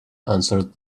answered